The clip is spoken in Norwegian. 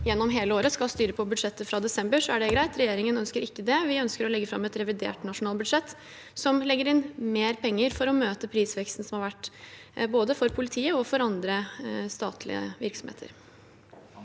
gjennom hele året skal styre på budsjettet fra desember, er det greit. Regjeringen ønsker ikke det. Vi ønsker å legge fram et revidert nasjonalbudsjett som legger inn mer penger for å møte prisveksten som har vært, både for politiet og for andre statlige virksomheter.